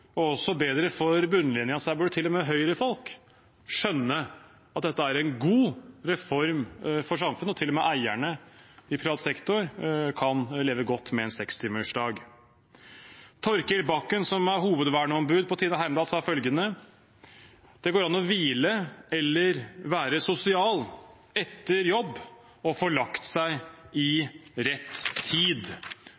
også vært bedre for bunnlinjen, så her burde til og med Høyre-folk skjønne at dette er en god reform for samfunnet, og til og med eierne i privat sektor kan leve godt med en sekstimersdag. Torkil Bakken, som er hovedverneombud på Tine Heimdal, sa følgende: «Det går an å hvile eller være sosial etter jobb og få lagt